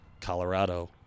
Colorado